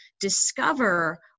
discover